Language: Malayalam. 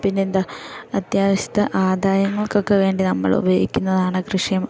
പിന്നെന്താ അത്യാവശ്യത്തെ ആദായങ്ങൾക്കൊക്കെ വേണ്ടി നമ്മൾ ഉപയോഗിക്കുന്നതാണ് കൃഷിയും